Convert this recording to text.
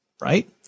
Right